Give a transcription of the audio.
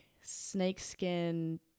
snakeskin